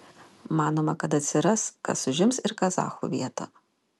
manoma kad atsiras kas užims ir kazachų vietą